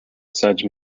sedge